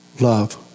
love